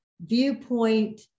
viewpoint